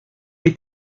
est